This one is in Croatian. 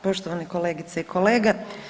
Poštovane kolegice i kolege.